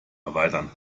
erweitern